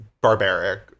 barbaric